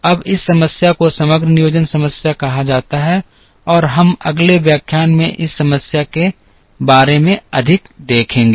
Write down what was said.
अब इस समस्या को समग्र नियोजन समस्या कहा जाता है और हम अगले व्याख्यान में इस समस्या के बारे में अधिक देखेंगे